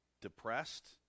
depressed